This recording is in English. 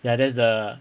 ya that's the